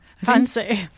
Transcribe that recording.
Fancy